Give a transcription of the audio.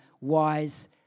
wise